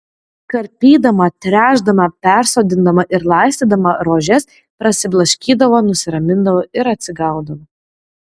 karpydama tręšdama persodindama ir laistydama rožes prasiblaškydavo nusiramindavo ir atsigaudavo